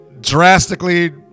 drastically